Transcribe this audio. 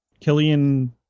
Killian